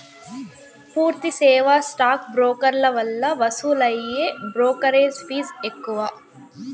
పూర్తి సేవా స్టాక్ బ్రోకర్ల వల్ల వసూలయ్యే బ్రోకెరేజ్ ఫీజ్ ఎక్కువ